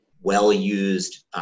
well-used